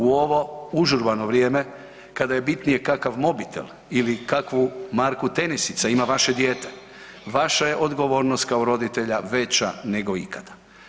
U ovo užurbano vrijeme kada je bitnije kakav mobitel ili kakvu marku tenisica ima vaše dijete, vaša je odgovornost kao roditelja veća nego ikada.